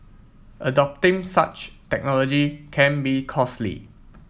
adopting such technology can be costly